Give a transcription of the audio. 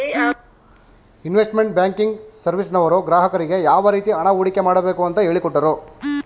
investment banking ಸರ್ವಿಸ್ನವರು ಗ್ರಾಹಕರಿಗೆ ಯಾವ ರೀತಿ ಹಣ ಹೂಡಿಕೆ ಮಾಡಬೇಕು ಅಂತ ಹೇಳಿಕೊಟ್ಟರು